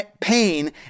pain